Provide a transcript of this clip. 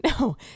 No